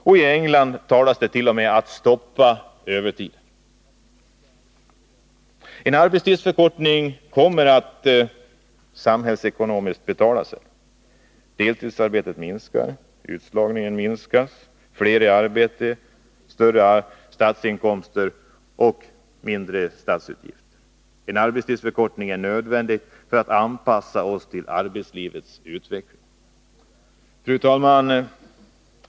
Och i England talas det t.o.m. om att stoppa övertiden. En arbetstidsförkortning kommer att samhällsekonomiskt betala sig. Deltidsarbetet minskar. Utslagningen minskar. Vi får fler i arbete, större statsinkomster och mindre statsutgifter. En arbetstidsförkortning är nödvändig för en anpassning till arbetslivets utveckling. Fru talman!